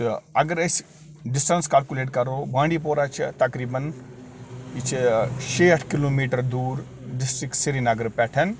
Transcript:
تہٕ اگر أسۍ ڈِسٹٮ۪نٕس کَلکُلیٹ کَرو بانڈی پورہ چھِ تَقریباً یہِ چھِ شیٹھ کِلوٗ میٖٹَر دوٗر ڈِسٹِرٛک سرینگرٕ پٮ۪ٹھ